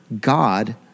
God